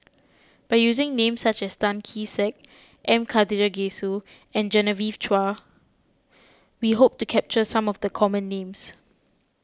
by using names such as Tan Kee Sek M Karthigesu and Genevieve Chua we hope to capture some of the common names